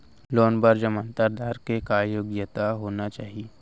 Loan बर जमानतदार के का योग्यता होना चाही?